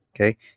Okay